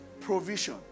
provision